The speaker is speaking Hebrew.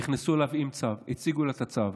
נכנסו אליו עם צו, הציגו לו את הצו.